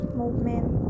movement